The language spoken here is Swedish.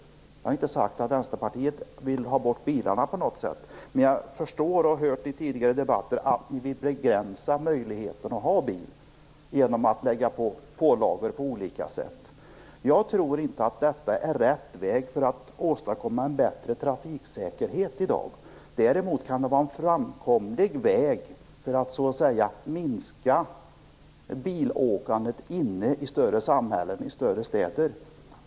Jag har inte sagt att ni i Vänsterpartiet vill ha bort bilarna på något sätt, men jag förstår och har hört i tidigare debatter att ni vill begränsa möjligheten att ha bil genom att införa olika pålagor. Jag tror inte att detta är rätt väg för att åstadkomma bättre trafiksäkerhet i dag. Däremot kan det vara en framkomlig väg för att minska bilåkandet inne i större samhällen och städer.